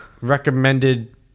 recommended